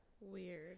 weird